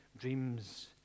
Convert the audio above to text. dreams